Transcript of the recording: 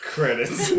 Credits